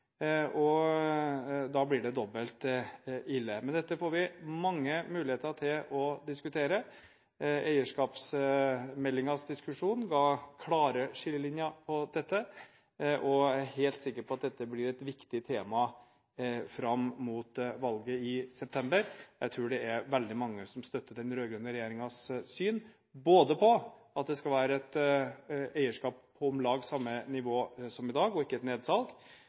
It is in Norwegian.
og da blir det dobbelt ille. Men dette får vi mange muligheter til å diskutere. Diskusjonen om eierskapsmeldingen ga klare skillelinjer for alt dette, og jeg er helt sikker på at dette blir et viktig tema fram mot valget i september. Jeg tror det er veldig mange som støtter den rød-grønne regjeringens syn, både på at det skal være et eierskap på om lag samme nivå som i dag og ikke et nedsalg.